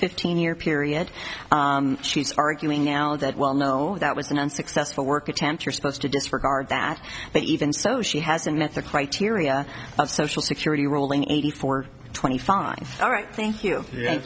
fifteen year period she's arguing now that well no that was an unsuccessful work attempt you're supposed to disregard that but even so she hasn't met the criteria of social security ruling eighty four twenty five all right thank you